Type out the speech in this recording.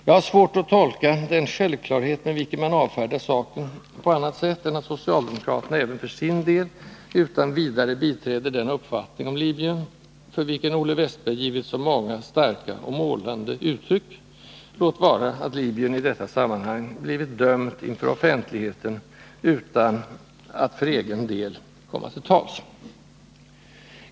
Jag har svårt att tolka den självklarhet, med vilken man avfärdar saken, på annat sätt än att socialdemokraterna även för sin del utan vidare biträder den uppfattning om Libyen, för vilken Olle Wästberg givit så många starka och målande uttryck — låt vara att Libyen i detta sammanhang blivit dömt inför offentligheten utan att för egen del få komma till tals.